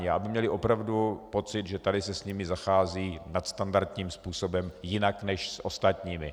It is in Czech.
Aby měli opravdu pocit, že tady se s nimi zachází nadstandardním způsobem, jinak než s ostatními.